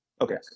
Okay